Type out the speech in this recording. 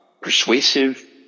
persuasive